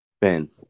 Ben